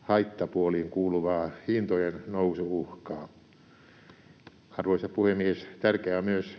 haittapuoliin kuuluvaa hintojen nousu-uhkaa. Arvoisa puhemies! Tärkeitä ovat myös